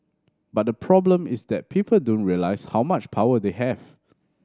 but the problem is that people don't realise how much power they have